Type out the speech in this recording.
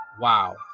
wow